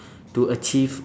to achieve